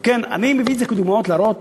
אם כן, אני מביא את זה כדוגמאות כדי להראות